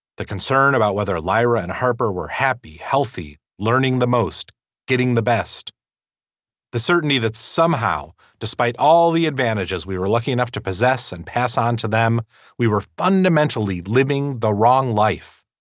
the concern about whether lyra and harper were happy healthy learning the most getting the best the certainty that somehow despite all the advantages we were lucky enough to possess and pass on to them we were fundamentally living the wrong life.